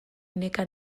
neka